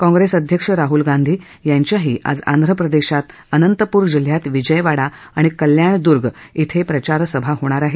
कॉंग्रेस अध्यक्ष राहुल गांधी यांच्याही आज आंध्र प्रदेशात अनंतपूर जिल्ह्यात विजयवाडा आणि कल्याणदुर्ग इथं प्रचारसभा घेणार आहेत